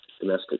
domestic